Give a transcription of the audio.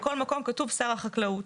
בכל מקום כתוב "שר החקלאות".